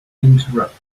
interrupt